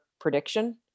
prediction